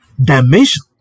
dimension